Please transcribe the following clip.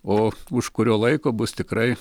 o už kurio laiko bus tikrai